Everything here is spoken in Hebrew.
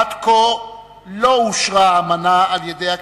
עד כה לא אושרה האמנה על-ידי הכנסת,